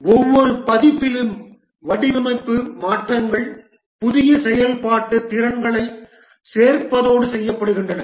ஒவ்வொரு பதிப்பிலும் வடிவமைப்பு மாற்றங்கள் புதிய செயல்பாட்டு திறன்களைச் சேர்ப்பதோடு செய்யப்படுகின்றன